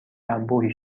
انبوهی